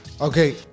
Okay